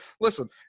listen